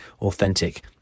authentic